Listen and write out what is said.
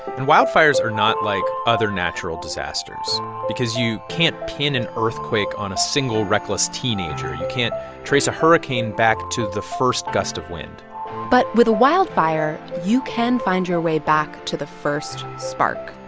and wildfires are not like other natural disasters because you can't pin an earthquake on a single reckless teenager. you can't trace a hurricane back to the first gust of wind but with a wildfire, you can find your way back to the first spark.